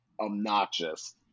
obnoxious